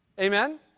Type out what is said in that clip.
Amen